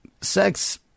sex